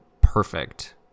perfect